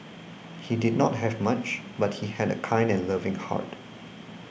he did not have much but he had a kind and loving heart